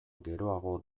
geroago